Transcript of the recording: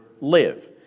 live